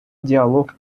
диалог